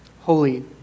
holy